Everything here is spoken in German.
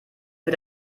für